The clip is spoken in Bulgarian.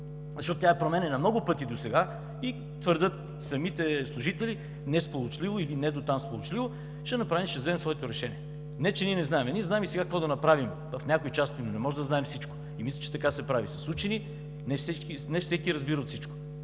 защото тя е променяна много пъти досега, и твърдят самите служители – несполучливо или не дотам сполучливо, ще вземем своето решение. Не че ние не знаем, ние знаем и сега какво да направим в някои части, но не можем да знаем всичко. Мисля, че така се прави – с учени. Не всеки разбира от всичко,